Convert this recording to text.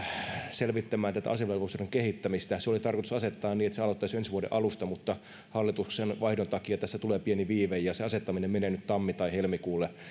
selvittämään tätä asevelvollisuuden kehittämistä se oli tarkoitus asettaa niin että se aloittaisi jo ensi vuoden alusta mutta hallituksen vaihdon takia tässä tulee pieni viive ja sen asettaminen menee nyt tammi tai helmikuulle